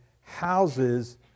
houses